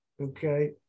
Okay